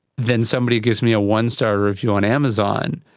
then somebody gives me a one-star view on amazon,